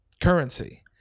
currency